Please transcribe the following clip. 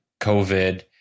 COVID